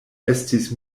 estis